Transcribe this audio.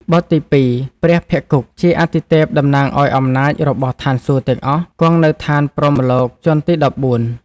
បុត្រទី២ ព្រះភ្ឋគុ ជាអាទិទេពតំណាងឱ្យអំណាចរបស់ឋានសួគ៌ទាំងអស់ គង់នៅឋានព្រហ្មលោកជាន់ទី១៤ ។